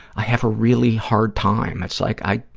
i have a really hard time. it's like i,